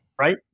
Right